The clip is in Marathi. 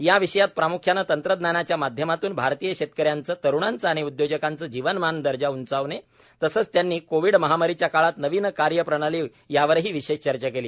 या विषयात प्रामुख्यानं तंत्रज्ञानाच्या माध्यमातून भारतीय शेतकऱ्यांचे तरुणाचे आणि उदयोजकांचे जीवनमान दर्जा उंचावणे तसंच त्यांनी कोविड महामारीच्या काळात नवीन कार्यप्रणाली यावर ही विशेष चर्चा केली